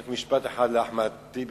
רק משפט אחד לחבר הכנסת אחמד טיבי,